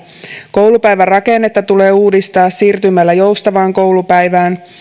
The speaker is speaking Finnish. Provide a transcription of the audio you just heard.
koulupäivän rakennetta tulee uudistaa siirtymällä joustavaan koulupäivään